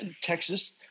Texas